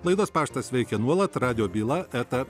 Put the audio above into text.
laidos paštas veikia nuolat radijo byla eta